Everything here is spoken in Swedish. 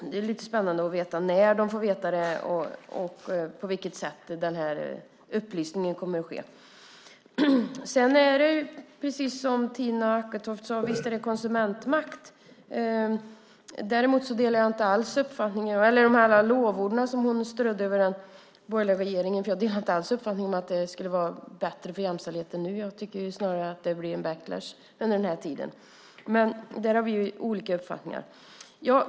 Det är lite spännande att få veta när de får veta det och på vilket sätt den här upplysningen kommer att ske. Precis som Tina Acketoft sade är det visst konsumentmakt. Däremot håller jag inte alls med om de lovorden som hon strödde över den borgerliga regeringen. Jag har inte alls uppfattningen att det skulle vara bättre med jämställdheten nu. Jag tycker snarare att det har blivit en backlash under den här tiden. Där har vi olika uppfattningar.